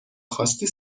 خواستی